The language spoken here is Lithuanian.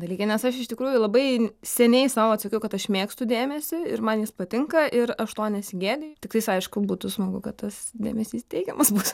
dalykines aš iš tikrųjų labai seniai sau atsakiau kad aš mėgstu dėmesį ir man jis patinka ir aš to nesigėdiju tiktais aišku būtų smagu kad tas dėmesys teigiamas būtų